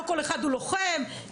ברור,